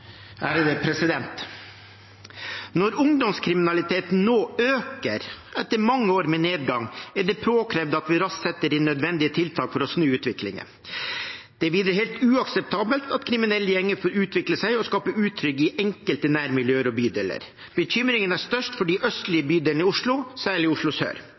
det påkrevd at vi raskt setter inn nødvendige tiltak for å snu utviklingen. Det er videre helt uakseptabelt at kriminelle gjenger får utvikle seg og skape utrygghet i enkelte nærmiljøer og bydeler. Bekymringen er størst for de østlige bydelene i Oslo, særlig i Oslo sør.